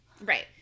Right